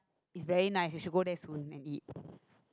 is very nice you should go there soon and eat